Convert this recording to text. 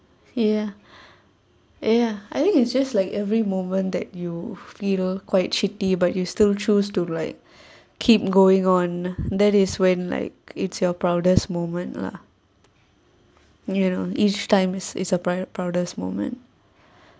ya ya I think it's just like every moment that you feel quite shitty but you still choose to like keep going on that is when like it's your proudest moment lah you know each times is a proud~ proudest moment